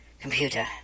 Computer